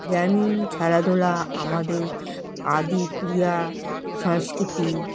গ্রামীণ খেলাধুলা আমাদের আদি ক্রিয়া সংস্কৃতি